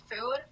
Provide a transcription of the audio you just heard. food